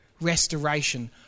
restoration